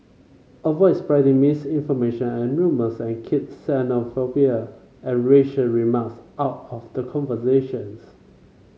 avoid spreading misinformation and rumours and keep xenophobia and racial remarks out of the conversations